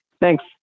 Thanks